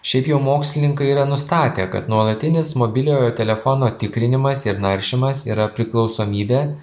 šiaip jau mokslininkai yra nustatę kad nuolatinis mobiliojo telefono tikrinimas ir naršymas yra priklausomybė